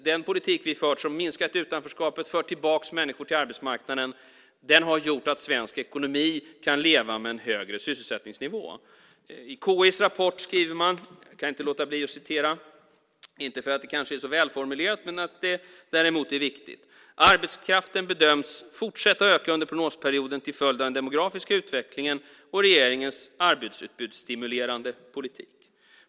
Den politik vi fört som minskat utanförskapet och fört tillbaka människor till arbetsmarknaden har gjort att svensk ekonomi kan leva med en högre sysselsättningsnivå. I KI:s rapport skriver man - jag kan inte låta bli att läsa ur den, kanske inte för att det är så välformulerat men det är viktigt: Arbetskraften bedöms fortsätta att öka under prognosperioden till följd av den demografiska utvecklingen och regeringens arbetsutbudsstimulerande politik.